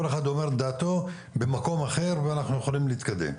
כל אחד אומר את דעתו במקום אחר ואנחנו יכולים להתקדם.